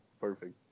Perfect